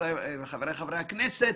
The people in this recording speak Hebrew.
חברותיי וחבריי חברי הכנסת,